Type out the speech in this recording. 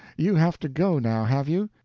you have to go, now, have you?